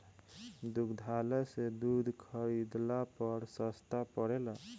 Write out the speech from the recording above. दुग्धालय से दूध खरीदला पर सस्ता पड़ेला?